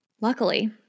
Luckily